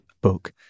book